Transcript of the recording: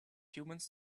humans